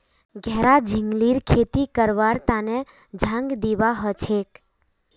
घेरा झिंगलीर खेती करवार तने झांग दिबा हछेक